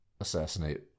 assassinate